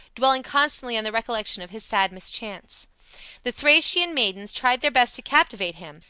dwelling constantly on the recollection of his sad mischance. the thracian maidens tried their best to captivate him,